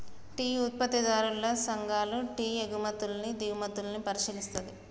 tea ఉత్పత్తిదారుల సంఘాలు tea ఎగుమతుల్ని దిగుమతుల్ని పరిశీలిస్తది